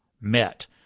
met